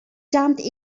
jumped